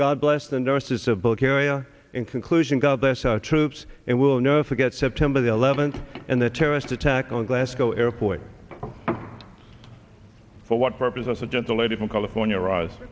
god bless the nurses of book area in conclusion god bless our troops and will no forget september the eleventh and the terrorist attack on glasgow airport for what purpose the gentle lady from california